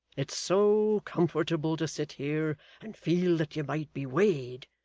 it's so comfortable to sit here and feel that you might be weighed,